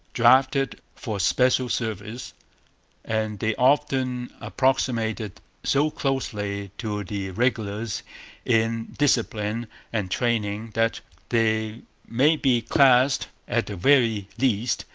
drafted for special service and they often approximated so closely to the regulars in discipline and training that they may be classed, at the very least,